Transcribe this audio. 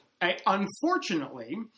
Unfortunately